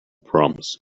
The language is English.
proms